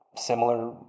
similar